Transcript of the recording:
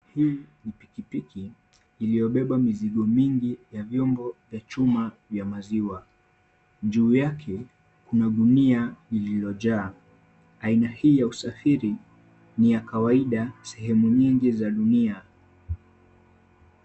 Hii pikipiki iliyoBEBA mizigo mingi ya vyombo vya chuma vya maziwa. Juu yake kuna gunia iliyojaa. Aina hii ya usafiri ni ya kawaida sehemu nyingi za dunia.